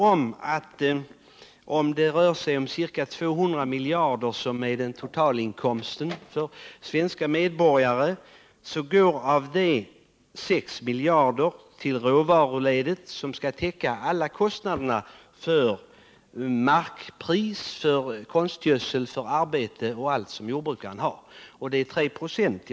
Om det rör sig om ca 200 miljarder, som är totalinkomsten för svenska medborgare, går av dessa pengar 6 miljarder till råvaruledet. Detta belopp skall täcka alla kostnader för markpris, konstgödsel, arbete och allt som jordbrukarna får betala för. Det är 3 96.